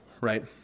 right